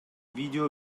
видео